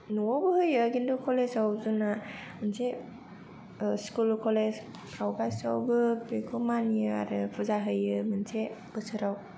न'वावबो होयो किन्तु कलेजाव जोंना मोनसे ओ स्कुल कलेजफ्राव गासैयावबो बेखौ मानियो आरो फुजा होयो मोनसे बोसोराव